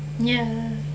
ya